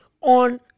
on